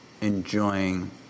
enjoying